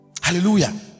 Hallelujah